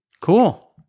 cool